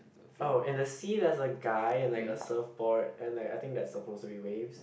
oh and the sea there's a guy and like a surfboard and like I think that's supposed to be waves